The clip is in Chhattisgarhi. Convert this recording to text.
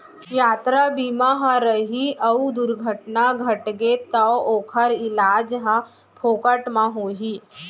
यातरा बीमा ह रही अउ दुरघटना घटगे तौ ओकर इलाज ह फोकट म होही